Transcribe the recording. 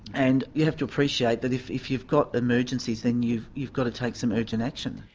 and you have to appreciate that if if you've got emergencies then you've you've got to take some urgent action.